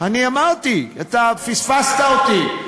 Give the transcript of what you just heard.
אני אמרתי, אתה פספסת אותי.